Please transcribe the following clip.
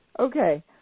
Okay